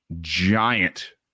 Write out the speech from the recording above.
giant